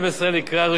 לקריאה ראשונה.